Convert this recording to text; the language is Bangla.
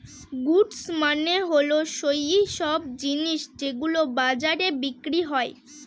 গুডস মানে হল সৈইসব জিনিস যেগুলো বাজারে বিক্রি হয়